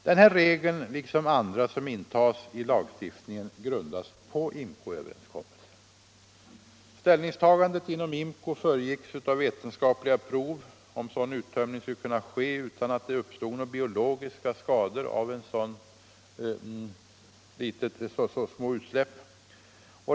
Denna regel liksom övriga som intas i gällande lagstiftning grundas på IMCO-överenskommelsen. Ställningstagandet inom IMCO föregicks av vetenskapliga prov om sådan uttömning skulle kunna ske utan att det uppstod biologiska skador av så små utsläpp.